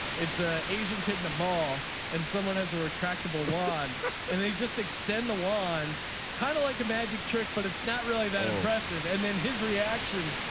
it's a asian kid in and a ball and someone has a retractable one and they just extend the one kind of like a magic trick. but it's not really that impressive. and then his reaction.